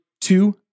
two